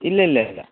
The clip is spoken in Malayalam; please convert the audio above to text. ഇല്ലയില്ല ഇല്ല